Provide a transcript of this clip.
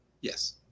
Yes